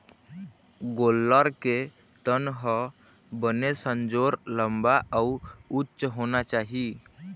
गोल्लर के तन ह बने संजोर, लंबा अउ उच्च होना चाही